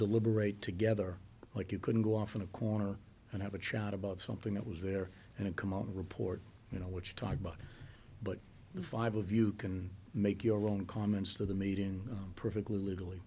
deliberate together like you can go off in a corner and have a chat about something that was there and come out and report you know what you talk about but the five of you can make your own comments to the meeting perfectly legally